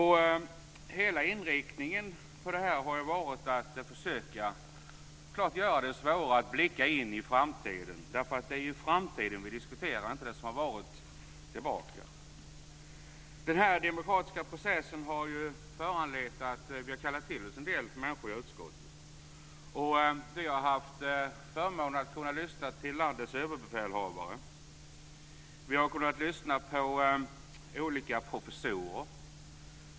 Hela inriktningen har varit att försöka göra det självklart svåra, att blicka in i framtiden, därför att det är ju framtiden som vi diskuterar och inte det som har varit tidigare. Denna demokratiska process har föranlett att vi har kallat till oss en del människor till utskottet. Vi har haft förmånen att kunna lyssna till landets överbefälhavare. Vi har kunnat lyssna på olika professorer.